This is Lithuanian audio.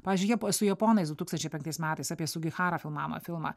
pavyzdžiui jep su japonais du tūkstančiai penktais metais apie sugiharą filmavome filmą